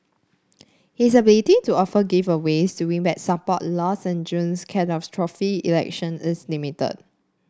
his ability to offer giveaways to win back support lost in June's catastrophic election is limited